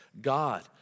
God